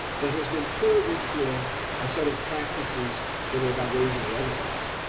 but has been pulled into a ah set of practices that are about raising revenues.